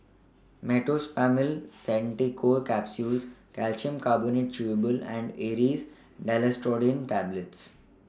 Meteospasmyl Simeticone Capsules Calcium Carbonate Chewable and Aerius DesloratadineTablets